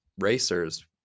racers